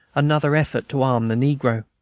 another effort to arm the negro.